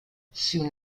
soon